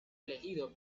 elegido